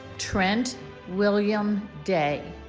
trent william day